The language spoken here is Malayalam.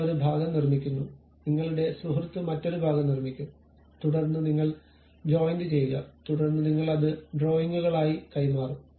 നിങ്ങൾ ഒരു ഭാഗം നിർമ്മിക്കുന്നു നിങ്ങളുടെ സുഹൃത്ത് മറ്റൊരു ഭാഗം നിർമ്മിക്കും തുടർന്ന് നിങ്ങൾ ജോയിന്റ് joint ചെയ്യുക തുടർന്ന് നിങ്ങൾ അത് ഡ്രോയിംഗുകളായി കൈമാറും